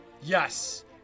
Yes